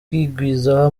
kwigwizaho